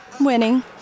winning